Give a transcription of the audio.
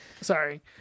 Sorry